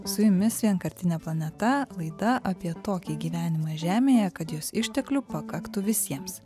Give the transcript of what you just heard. su jumis vienkartinė planeta laida apie tokį gyvenimą žemėje kad jos išteklių pakaktų visiems